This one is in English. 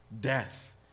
death